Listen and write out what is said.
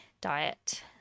diet